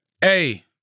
hey